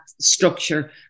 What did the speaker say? structure